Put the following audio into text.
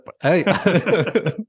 Hey